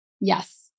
yes